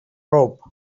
rope